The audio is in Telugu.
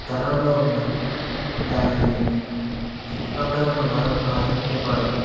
స్థలంలో ఉన్న దాని చుట్టు పక్కల ఉన్న వారు భాదించబడుతారు